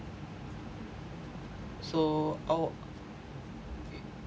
so I